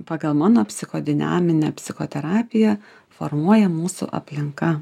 pagal mano psichodinaminę psichoterapiją formuoja mūsų aplinka